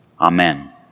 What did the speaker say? Amen